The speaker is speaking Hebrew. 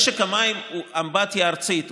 משק המים הוא אמבטיה ארצית,